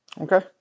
Okay